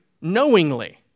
knowingly